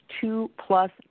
two-plus